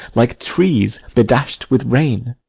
like trees bedash'd with rain